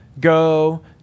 go